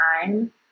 time